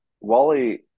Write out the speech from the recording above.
Wally